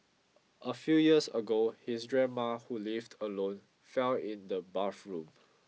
a few years ago his grandmother who lived alone fell in the bathroom